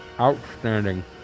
Outstanding